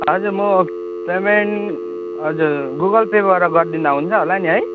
हजुर म पेमेन्ट हजुर गुगल पेबाट गरिदिँदा हुन्छ होला नि है